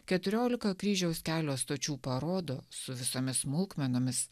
keturiolika kryžiaus kelio stočių parodo su visomis smulkmenomis